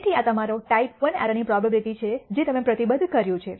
તેથી આ તમારો ટાઈપ I એરર ની પ્રોબેબીલીટી છે જે તમે પ્રતિબદ્ધ કર્યું છે